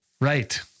Right